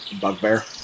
Bugbear